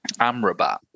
Amrabat